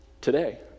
today